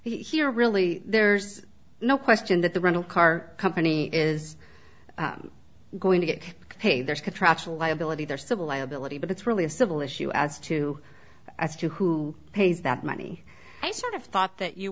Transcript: here really there's no question that the rental car company is going to get paid there's contractual liability there civil liability but it's really a civil issue as to as to who pays that money i sort of thought that you